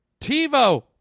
TiVo